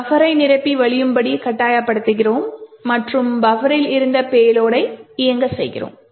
பஃபரை நிரம்பி வழியும்படி கட்டாயப்படுத்துகிறோம் மற்றும் பஃபரில் இருந்த பேலோடை இயங்க செய்கிறோம்